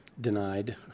denied